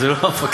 זה לא המפקח.